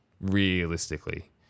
Realistically